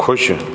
खु़शि